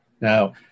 Now